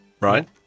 Right